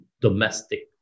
domestic